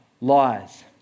lies